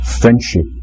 friendship